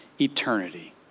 eternity